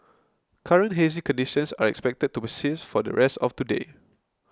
current hazy conditions are expected to persist for the rest of today